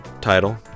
title